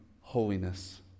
holiness